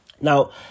Now